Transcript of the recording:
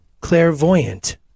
clairvoyant